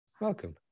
Welcome